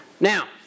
Now